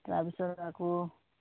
তাৰ পিছত আকৌ